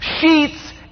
sheets